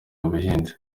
ubuhinzi